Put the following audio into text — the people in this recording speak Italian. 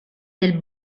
del